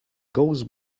goes